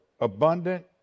abundant